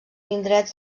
indrets